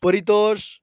Paritosh